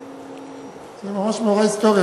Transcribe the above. זה ממש מאורע היסטורי,